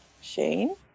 Shane